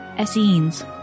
Essenes